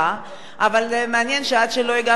החוק הזה היה תקוע ולא התקדם לשום מקום.